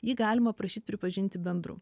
jį galima prašyt pripažinti bendrų